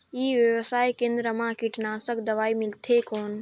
ई व्यवसाय केंद्र मा कीटनाशक दवाई मिलथे कौन?